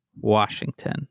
Washington